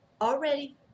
already